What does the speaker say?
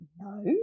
no